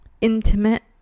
intimate